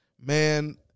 man